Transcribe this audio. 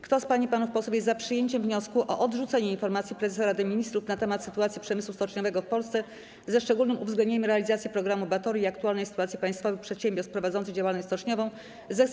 Kto z pań i panów posłów jest za przyjęciem wniosku o odrzucenie Informacji Prezesa Rady Ministrów na temat sytuacji przemysłu stoczniowego w Polsce, ze szczególnym uwzględnieniem realizacji programu „Batory” i aktualnej sytuacji państwowych przedsiębiorstw prowadzących działalność stoczniową, zechce